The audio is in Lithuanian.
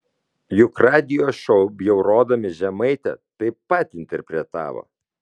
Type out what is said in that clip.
juk radijo šou bjaurodami žemaitę taip pat interpretavo